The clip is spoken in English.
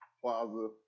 Plaza